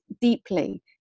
deeply